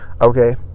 Okay